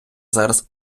зараз